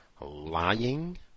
lying